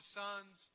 sons